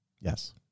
Yes